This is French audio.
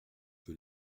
que